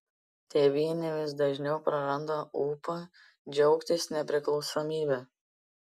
tėvynė vis dažniau praranda ūpą džiaugtis nepriklausomybe